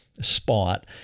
spot